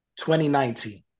2019